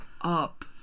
Up